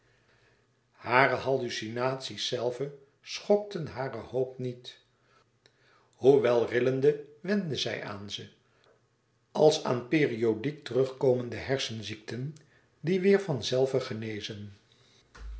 hare hallucinaties zelve schokten hare hoop niet hoewel rillende wendde zij aan ze als aan periodiek terugkomende hersenziekten die weer van zelve genezen